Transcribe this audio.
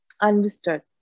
Understood